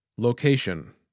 Location